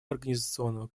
организационного